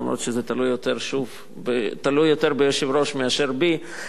אף שזה תלוי יותר ביושב-ראש מאשר בי,